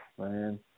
man